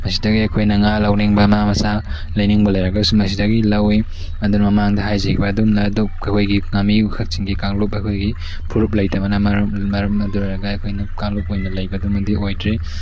ꯃꯁꯤꯗꯒꯤ ꯑꯩꯈꯣꯏꯅ ꯉꯥ ꯂꯧꯅꯤꯡꯕ ꯉꯥ ꯃꯆꯥ ꯂꯩꯅꯤꯡꯕ ꯂꯩꯔꯒꯁꯨ ꯃꯁꯤꯗꯒꯤ ꯂꯧꯏ ꯑꯗꯨꯅ ꯃꯃꯥꯡꯗ ꯍꯥꯏꯖꯈꯤꯕ ꯑꯗꯨꯝꯅ ꯑꯗꯨꯛ ꯑꯩꯈꯣꯏꯒꯤ ꯉꯥꯃꯤꯈꯛꯁꯤꯡꯒꯤ ꯀꯥꯡꯂꯨꯞ ꯑꯩꯈꯣꯏꯒꯤ ꯐꯨꯔꯨꯞ ꯂꯩꯇꯕꯅ ꯃꯔꯝ ꯑꯗꯨ ꯑꯣꯏꯔꯒ ꯑꯩꯈꯣꯏꯅ ꯀꯥꯡꯂꯨꯞ ꯑꯣꯏꯅ ꯂꯩꯕꯗꯨꯃꯗꯤ ꯑꯣꯏꯗ꯭ꯔꯤ